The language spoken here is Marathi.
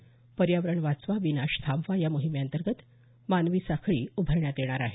पर्यावरण वाचवा विनाश थांबवा या माहिमेअंतर्गत मानवी साखळी उभारण्यात येणार आहे